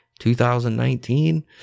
2019